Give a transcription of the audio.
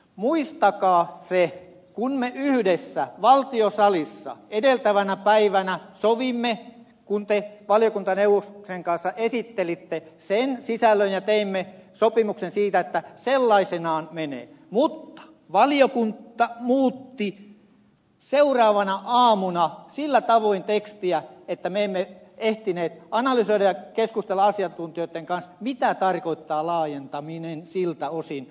muistakaa se kun me yhdessä valtiosalissa edeltävänä päivänä kun te valiokuntaneuvoksen kanssa esittelitte sen mietinnön sisällön teimme sopimuksen siitä että sellaisenaan menee mutta valiokunta muutti seuraavana aamuna sillä tavoin tekstiä että me emme ehtineet analysoida ja keskustella asiantuntijoitten kanssa mitä tarkoittaa laajentaminen siltä osin